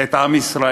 את עם ישראל,